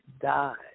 died